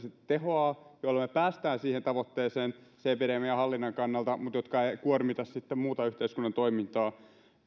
tehoavat jolloin me pääsemme siihen tavoitteeseen epidemian hallinnan kannalta mutta jotka eivät kuormita sitten muuta yhteiskunnan toimintaa